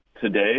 today